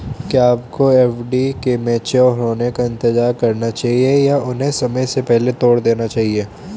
क्या आपको एफ.डी के मैच्योर होने का इंतज़ार करना चाहिए या उन्हें समय से पहले तोड़ देना चाहिए?